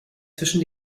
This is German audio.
zwischen